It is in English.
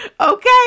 Okay